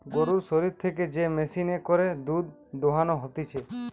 গরুর শরীর থেকে যে মেশিনে করে দুধ দোহানো হতিছে